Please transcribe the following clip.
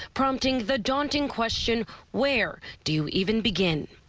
prompting the daunting question where do you even begin.